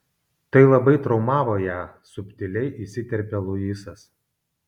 tai labai traumavo ją subtiliai įsiterpia luisas